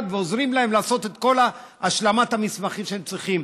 ועוזרים להם לעשות את כל השלמת המסמכים שהם צריכים.